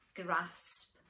grasp